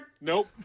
Nope